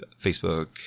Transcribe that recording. Facebook